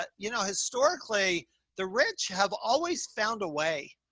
but you know, historically the rich have always found a way.